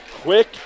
Quick